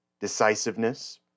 decisiveness